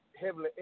heavily